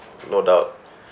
no doubt